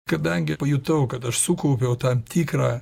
kadangi pajutau kad aš sukaupiau tam tikrą